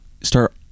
start